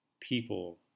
people